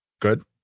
Good